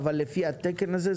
אבל לפי התקן הזה,